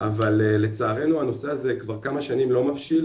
אבל לצערנו הנושא הזה כבר כמה שנים לא מבשיל,